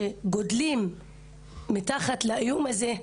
שגדלים תחת האיום הזה,